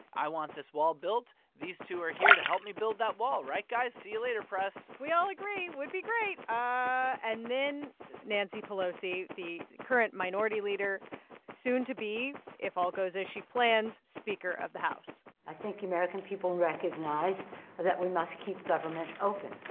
i want this wall built. these two are here to help me build that wall. right, guys? see you later, press we all agree would be great. and then nancy pelosi, the current minority leader soon to be, if all goes as she plans, speaker of the house i think the american people recognize that we must keep government open,